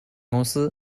公司